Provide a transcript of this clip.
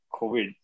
COVID